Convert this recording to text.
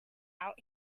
out